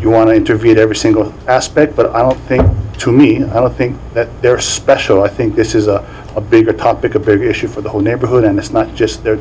you want to intervene every single aspect but i don't think to me i don't think that they're special i think this is a bigger topic a bigger issue for the whole neighborhood and it's not just their